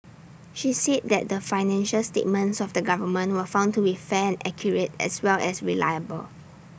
she said that the financial statements of the government were found to be fair and accurate as well as reliable